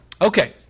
Okay